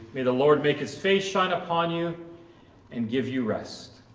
may the lord make his face shine upon you and give you rest.